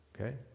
okay